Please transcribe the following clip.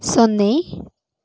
ಸೊನ್ನೆ